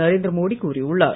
நரேந்திர மோடி கூறியுள்ளார்